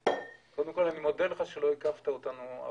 חוק ומשפט להקדמת הדיון בהצעת חוק סמכויות מיוחדות